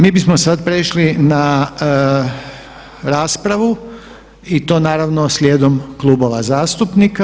Mi bismo sada prešli na raspravu i to naravno slijedom klubova zastupnika.